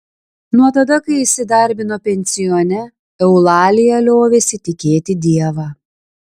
nuo tada kai įsidarbino pensione eulalija liovėsi tikėti dievą